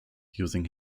using